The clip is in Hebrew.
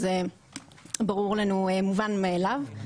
זה מובן לנו מאיליו.